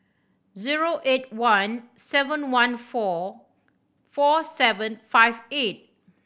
zero eight one seven one four four seven five eight